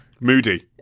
moody